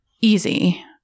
easy